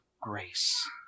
grace